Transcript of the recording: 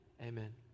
Amen